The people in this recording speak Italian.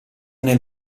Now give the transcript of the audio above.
nel